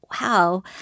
wow